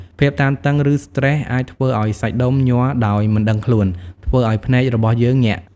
ភាពតានតឹង ឬស្ត្រេស អាចធ្វើឱ្យសាច់ដុំញ័រដោយមិនដឹងខ្លួនធ្វើអោយភ្នែករបស់យើងញាក់។